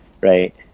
right